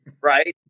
right